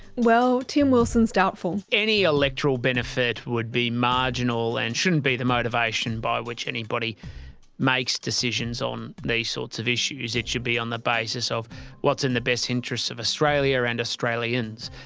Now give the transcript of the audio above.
well, tim wilson is doubtful. any electoral benefit would be marginal and shouldn't be the motivation by which anybody makes decisions on these sorts of issues. it should be on the basis of what's in the best interests of australia and australians.